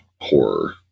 horror